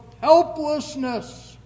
helplessness